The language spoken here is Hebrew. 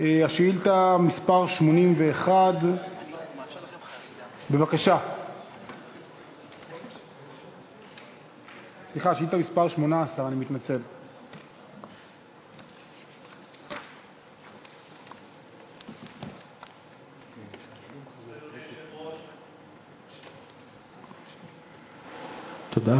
שאילתה מס' 18. בבקשה.